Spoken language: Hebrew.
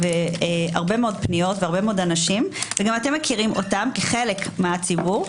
הרבה מאוד פניות והרבה מאוד אנשים וגם אתם מכירים אותם כחלק מהציבור,